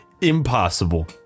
impossible